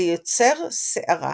ויוצר שערה.